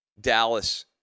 Dallas